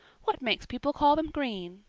what makes people call them green?